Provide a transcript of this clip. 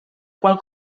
qual